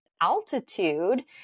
altitude